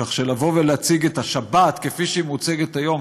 כך שלבוא ולהציג את השבת כפי שהוא מוצגת היום,